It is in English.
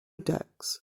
decks